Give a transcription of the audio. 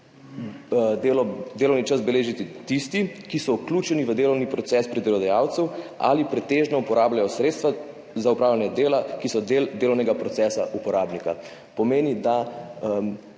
delovni čas beležiti tisti, ki so vključeni v delovni proces pri delodajalcu ali pretežno uporabljajo sredstva za opravljanje dela, ki so del delovnega procesa uporabnika, kar pomeni, da